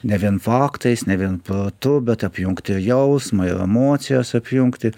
ne vien faktais ne vien protu bet apjungti jausmą ir emocijas apjungti